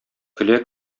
көлә